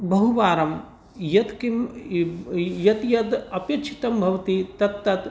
बहुवारं यत् किं य् य् यत् यत् अपेक्षितं भवति तत् तत्